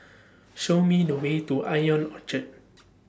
Show Me The Way to Ion Orchard